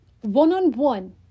One-on-one